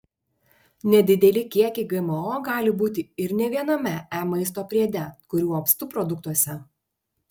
nedideli kiekiai gmo gali būti ir ne viename e maisto priede kurių apstu produktuose